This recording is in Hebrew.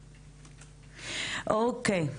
אוקיי.